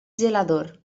gelador